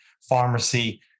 pharmacy